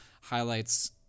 highlights